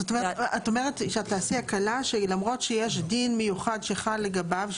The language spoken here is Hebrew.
את אומרת שאת תעשי הקלה למרות שיש דין מיוחד שחל לגביו,